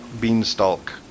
beanstalk